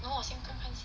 no 我先看看先